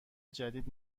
جدید